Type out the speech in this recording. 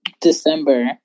December